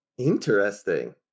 Interesting